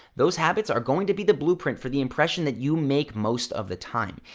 those habits are going to be the blueprint for the impression that you make most of the time.